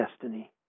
destiny